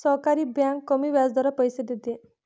सहकारी बँक कमी व्याजदरावर पैसे देते